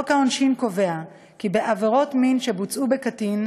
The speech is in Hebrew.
חוק העונשין קובע כי בעבירות מין שבוצעו בקטין